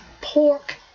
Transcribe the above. pork